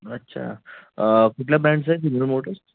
अच्छा कुठल्या ब्रँडचे आहे हीरो मोटर्स